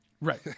Right